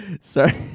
Sorry